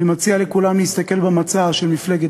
אני מציע לכולם להסתכל במצע של מפלגת